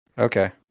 Okay